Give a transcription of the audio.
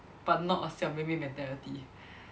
but not a 小妹妹 mentality